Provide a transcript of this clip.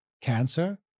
cancer